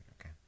Okay